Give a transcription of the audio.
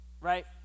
Right